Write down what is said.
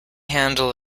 handle